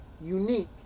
unique